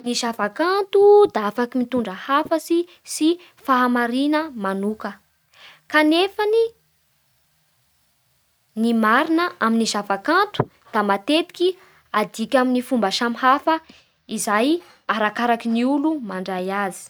Ny zava-kanto da afaky mitondra hafatsy sy fahamarina manoka. Kanefa ny marina amain'ny zava-kanto da matetiky adika amin'ny fomba samy hafa izay arakaraky ny olo mandray azy.